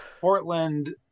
Portland